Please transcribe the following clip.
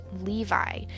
Levi